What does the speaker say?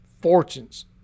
fortunes